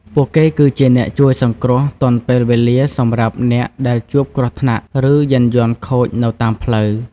ពួកគេគឺជាអ្នកជួយសង្គ្រោះទាន់ពេលវេលាសម្រាប់អ្នកដែលជួបគ្រោះថ្នាក់ឬយានយន្តខូចនៅតាមផ្លូវ។